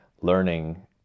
learning